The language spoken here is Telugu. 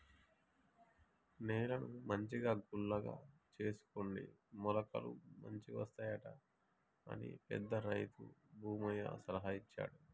నేలను మంచిగా గుల్లగా చేసుకుంటే మొలకలు మంచిగొస్తాయట అని పెద్ద రైతు భూమయ్య సలహా ఇచ్చిండు